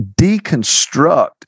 deconstruct